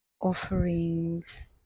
offerings